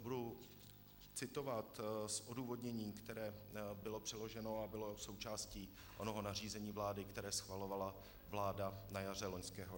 Budu citovat z odůvodnění, které bylo předloženo a bylo součástí onoho nařízení vlády, které schvalovala vláda na jaře loňského roku.